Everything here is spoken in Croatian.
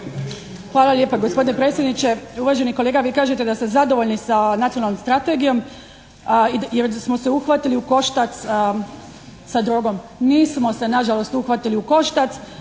Hvala lijepa gospodine predsjedniče. Uvaženi kolega vi kažete da ste zadovoljni sa nacionalnom strategijom, jer smo se uhvatili u koštac sa drogom. Nismo se nažalost uhvatili u koštac